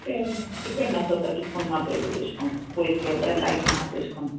तें डिपेंड आसोता कित कोन्न मातय ते तेश कोन्न पोयस गेल्यार लागीं आहा तेश कोन्न